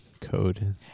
code